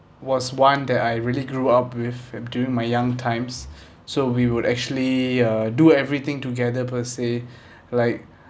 was one that I really grew up with during my young times so we would actually uh do everything together per say like